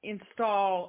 Install